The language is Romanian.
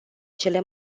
cele